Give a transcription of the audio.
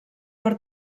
per